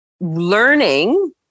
learning